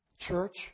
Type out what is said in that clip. church